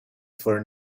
for